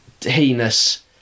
heinous